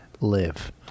live